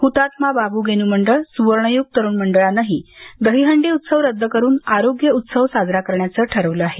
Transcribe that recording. हुतात्मा बाबूगेनू मंडळ सुवर्णयुग तरुण मंडळानेही दहीहंडी उत्सव रद्द करून आरोग्य उत्सव साजरा कऱण्याचं ठरवलं आहे